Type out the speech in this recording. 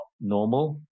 normal